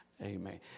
Amen